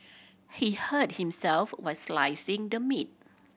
he hurt himself while slicing the meat